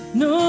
no